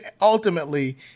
ultimately